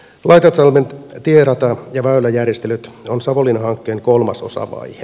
laitaatsalmen tierata ja väyläjärjestelyt on savonlinna hankkeen kolmas osavaihe